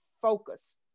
focus